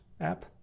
app